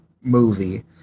movie